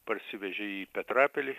parsivežė jį į petrapilį